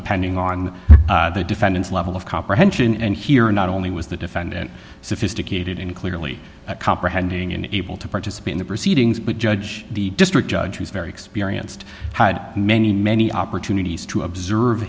depending on the defendant's level of comprehension and here not only was the defendant sophisticated and clearly comprehending and able to participate in the proceedings but judge the district judge was very experienced had many many opportunities to observe